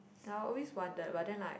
then I always wonder but then like